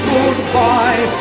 Goodbye